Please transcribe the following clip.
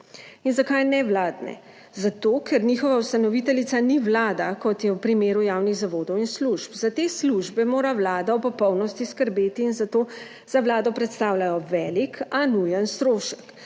In zakaj nevladne? Zato, ker njihova ustanoviteljica ni vlada, kot je v primeru javnih zavodov in služb. Za te službe mora vlada v popolnosti skrbeti in zato za vlado predstavljajo velik, a nujen strošek.